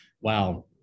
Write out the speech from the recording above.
wow